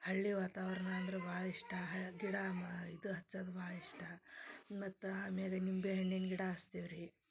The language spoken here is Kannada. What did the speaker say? ಹಳ್ಳಿ ವಾತಾವರ್ಣ ಅಂದ್ರೆ ಭಾಳ ಇಷ್ಟ ಹ ಗಿಡ ಇದು ಹಚ್ಚೋದ್ ಭಾಳ ಇಷ್ಟ ಮತ್ತು ಆಮೇಲೆ ನಿಂಬೆ ಹಣ್ಣಿನ ಗಿಡ ಹಚ್ತೀವಿ ರೀ